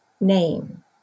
name